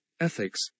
ethics